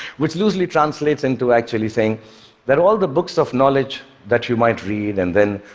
which loosely translates into actually saying that all the books of knowledge that you might read and then